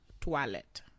toilet